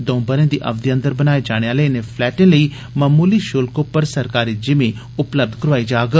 दौं ब'रे दी अवधि अंदर बनाए जाने आह्ले इनें फ्लैटें लेई मामूली शुल्क उप्पर सरकारी जिमीं उपलब्ध करोआई जाग